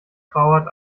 trauert